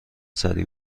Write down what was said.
سریع